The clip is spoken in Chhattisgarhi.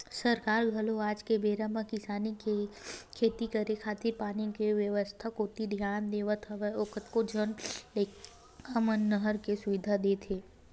सरकार घलो आज के बेरा म किसान के खेती करे खातिर पानी के बेवस्था कोती धियान देवत होय कतको इलाका मन म नहर के सुबिधा देत हे